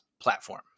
platform